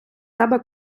тебе